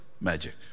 magic